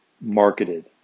marketed